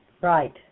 Right